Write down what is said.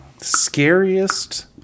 Scariest